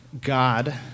God